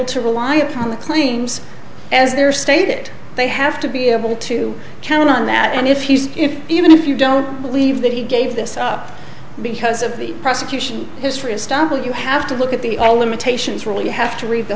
to rely upon the claims as they're stated they have to be able to count on that and if he's even if you don't believe that he gave this up because of the prosecution history of stoppel you have to look at the all limitations really you have to read the